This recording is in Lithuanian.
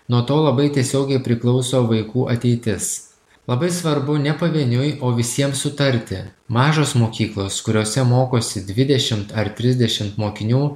nuo to labai tiesiogiai priklauso vaikų ateitis labai svarbu ne pavieniui o visiems sutarti mažos mokyklos kuriose mokosi dvidešimt ar trisdešimt mokinių